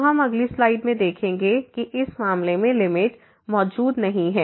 तो हम अगली स्लाइड में देखेंगे कि इस मामले में लिमिट मौजूद नहीं है